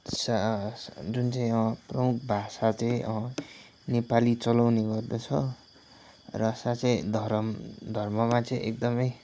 सा जुन चाहिँ प्रमुख भाषा चाहिँ नेपाली चलाउने गर्दछ र साँच्चै धरम धर्ममा चाहिँ एकदमै